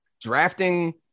Drafting